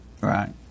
Right